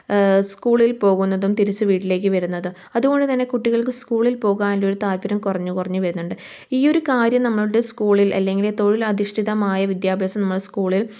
സ്കൂളിൽ പോകുന്നതും തിരിച്ചു വീട്ടിലേക്ക് വരുന്നത് അതുകൊണ്ട്തന്നെ കുട്ടികൾക്ക് സ്കൂളിൽ പോകാൻ ഒരു താൽപര്യം കുറഞ്ഞു കുറഞ്ഞു വരുന്നുണ്ട് ഈയൊരു കാര്യം നമ്മളുടെ സ്കൂളിൽ അല്ലെങ്കിൽ തൊഴിൽ അധിഷ്ഠിതമായ വിദ്യാഭ്യാസം നമ്മളെ സ്കൂളിൽ